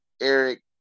Eric